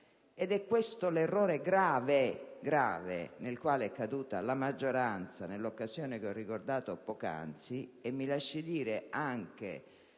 ed è questo l'errore grave in cui è caduta la maggioranza nell'occasione che ho ricordato poc'anzi. Mi lasci anche